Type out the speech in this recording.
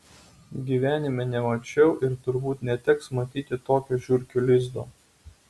gyvenime nemačiau ir turbūt neteks matyti tokio žiurkių lizdo